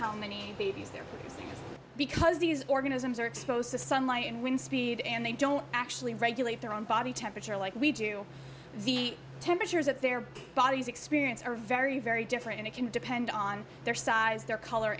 how many babies there because these organisms are exposed to sunlight and wind speed and they don't actually regulate their own body temperature like we do the temperatures at their bodies experience are very very different and it can depend on their size their color